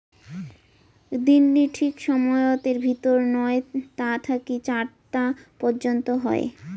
দিননি ঠিক সময়তের ভিতর নয় তা থাকি চার তা পর্যন্ত হই